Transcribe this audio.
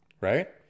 right